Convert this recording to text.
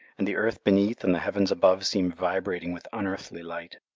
and the earth beneath and the heavens above seem vibrating with unearthly life.